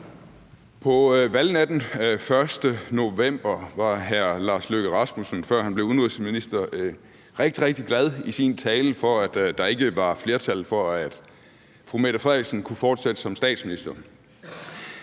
På valgnatten den 1. november var hr. Lars Løkke Rasmussen, før han blev udenrigsminister, i sin tale rigtig, rigtig glad for, at der ikke var flertal for, at fru Mette Frederiksen kunne fortsætte som statsminister.